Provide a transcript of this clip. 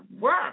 work